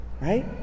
right